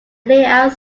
layout